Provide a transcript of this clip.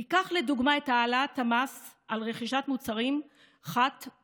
ניקח לדוגמה את העלאת המס על רכישת מוצרים חד-פעמיים.